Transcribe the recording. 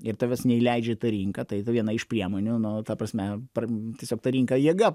ir tavęs neįleidžia į tą rinką tai viena iš priemonių nuo ta prasme pram tiesiog tą rinką jėga